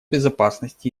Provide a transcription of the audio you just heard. безопасности